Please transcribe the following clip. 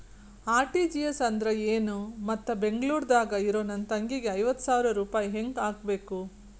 RTGS ಅಂದ್ರ ಏನು ಮತ್ತ ಬೆಂಗಳೂರದಾಗ್ ಇರೋ ನನ್ನ ತಂಗಿಗೆ ಐವತ್ತು ಸಾವಿರ ರೂಪಾಯಿ ಹೆಂಗ್ ಹಾಕಬೇಕು?